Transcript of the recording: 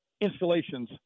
installations